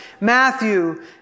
Matthew